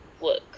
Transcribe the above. work